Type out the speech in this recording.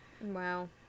wow